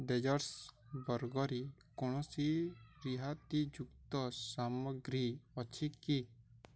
desserts ବର୍ଗରେ କୌଣସି ରିହାତିଯୁକ୍ତ ସାମଗ୍ରୀ ଅଛି କି